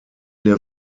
der